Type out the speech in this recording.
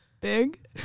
big